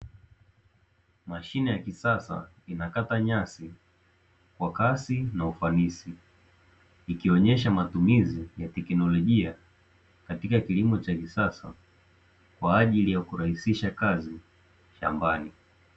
Mashine ya kisasa inakata nyasi kwa kasi na ufanisi, ikionyesha matumizi ya teknolojia katika kilimo cha kisasa kwa ajili ya kurahisisha kazi shambani.